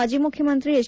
ಮಾಜಿ ಮುಖ್ಯಮಂತ್ರಿ ಎಚ್